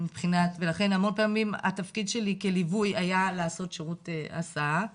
ולכן המון פעמים התפקיד שלי כליווי היה לעשות שירות הסעה וזהו.